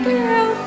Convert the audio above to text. Girl